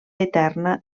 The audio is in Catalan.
eterna